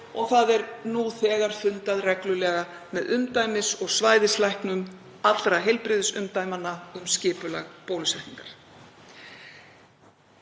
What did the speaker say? og nú þegar er fundað reglulega með umdæmis- og svæðislæknum allra heilbrigðisumdæmanna um skipulag bólusetningar.